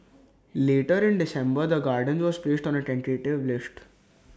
later in December the gardens was placed on A tentative list